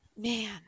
man